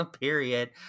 Period